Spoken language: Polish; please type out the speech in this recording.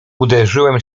uderzyłem